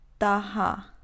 daha